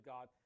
God